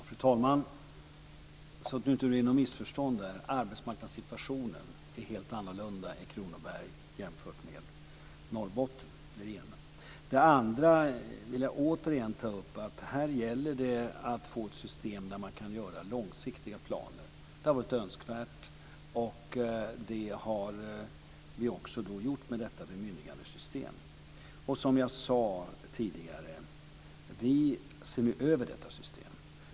Fru talman! Några ord, så att det inte blir några missförstånd. Arbetsmarknadssituationen är helt annorlunda i Kronoberg jämfört med Norrbotten. Det är det ena. Det andra jag återigen vill ta upp är att det här gäller att få ett system där man kan göra långsiktiga planer. Det har varit önskvärt och det har vi också åstadkommit med detta bemyndigandesystem. Som jag sade tidigare ser vi nu över detta system.